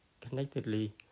connectedly